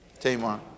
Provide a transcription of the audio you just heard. Tamar